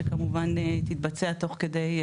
שכמובן שתתבצע תוך כדי,